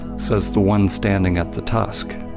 says the one standing at the tusk.